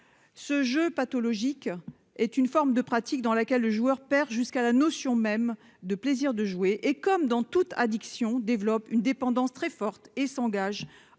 Ce jeu pathologique est une forme de pratique dans laquelle le joueur perd jusqu'à la notion même du plaisir de jouer. Comme dans toute addiction, il développe une dépendance très forte, il s'engage